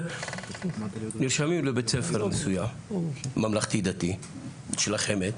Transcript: נרשמים לבית ספר מסוים, ממלכתי-דתי של החמ"ד,